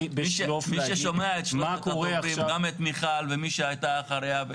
מי ששומע את מה שאתה אומר עכשיו וגם את מיכל ומי שהייתה אחריה,